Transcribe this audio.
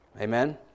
Amen